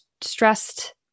stressed